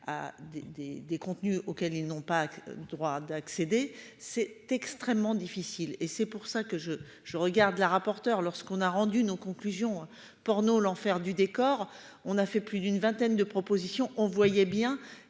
des contenus auxquels ils n'ont pas le droit d'accéder, c'est extrêmement difficile et c'est pour ça que je, je regarde la rapporteure lorsqu'on a rendu nos conclusions porno l'enfer du décor. On a fait plus d'une vingtaine de propositions. On voyait bien